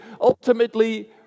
ultimately